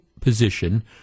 position